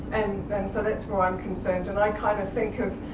and and so that's where i am concerned, and i kind of think of